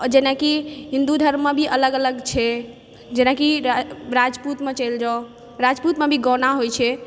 जेनाकि हिन्दु धर्ममे भी अलग अलग छै जेनाकि राजपुतमे चलि जाउ राजपूतमे भी गौना होइ छै